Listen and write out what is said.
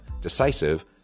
decisive